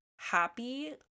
happy